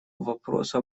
вопросу